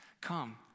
Come